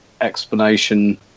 explanation